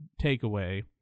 takeaway